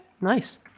Nice